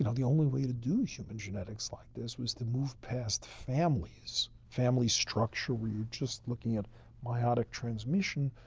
and the only way to do human genetics like this was to move past families, family structure, where you're just looking at meiotic transmission,